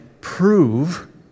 prove